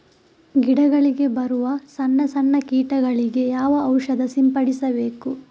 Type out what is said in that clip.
ಗಿಡಗಳಿಗೆ ಬರುವ ಸಣ್ಣ ಸಣ್ಣ ಕೀಟಗಳಿಗೆ ಯಾವ ಔಷಧ ಸಿಂಪಡಿಸಬೇಕು?